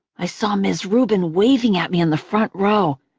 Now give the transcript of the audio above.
i saw ms. rubin waving at me in the front row,